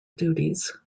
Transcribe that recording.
duties